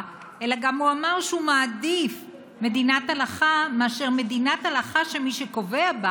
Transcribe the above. אלא הוא גם אמר שהוא מעדיף מדינת הלכה מאשר מדינת הלכה שמי שקובע בה